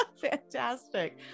Fantastic